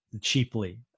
cheaply